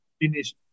finish